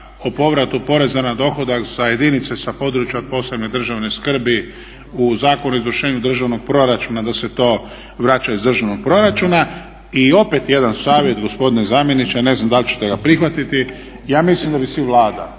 o povratu poreza na dohodak sa jedinice sa područja od posebne državne skrbi u Zakonu o izvršenju državnog proračuna da se to vraća iz državnog proračuna. I opet jedan savjet gospodine zamjeniče, ne znam da li ćete ga prihvatiti ja mislim da bi si Vlada